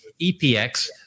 EPX